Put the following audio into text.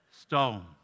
stone